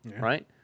right